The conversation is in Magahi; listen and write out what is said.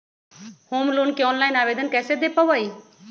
होम लोन के ऑनलाइन आवेदन कैसे दें पवई?